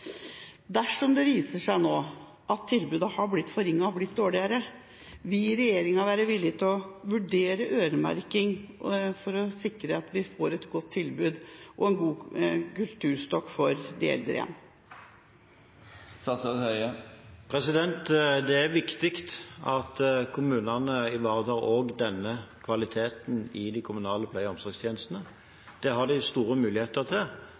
Dersom det nå viser seg at tilbudet har blitt forringet og blitt dårligere, vil regjeringa være villig til å vurdere øremerking for å sikre at vi får et godt tilbud og igjen får en god kulturell spaserstokk for de eldre? Det er viktig at kommunene ivaretar også denne kvaliteten i de kommunale pleie- og omsorgstjenestene. Det har de store muligheter til,